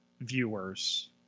viewers